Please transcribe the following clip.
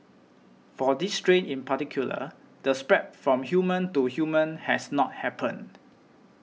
for this strain in particular the spread from human to human has not happened